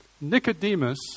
Nicodemus